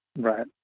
Right